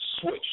switch